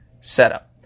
setup